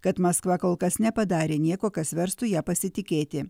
kad maskva kol kas nepadarė nieko kas verstų ja pasitikėti